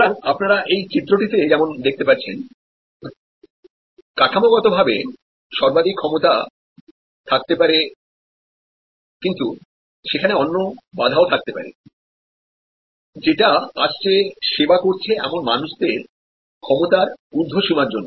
সুতরাং আপনারা এই চিত্রটিতে যেমন দেখতে পাচ্ছেনকাঠামোগতভাবে সর্বাধিক ক্ষমতা থাকতে পারে কিন্তু সেখানে অন্য বাধা থাকতে পারে যেটা আসছে পরিষেবা করছে এমনমানুষদের ক্ষমতার উর্ধ্বসীমার জন্য